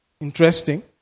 interesting